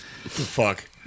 Fuck